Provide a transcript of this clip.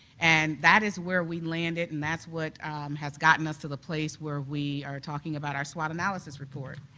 and that is where we landed and that's what has gotten us to the place where we are talking about our swot analysis report.